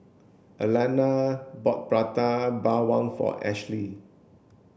Aleena bought Prata Bawang for Ashly